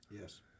Yes